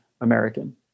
American